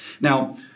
Now